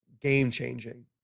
game-changing